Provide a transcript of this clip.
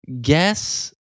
Guess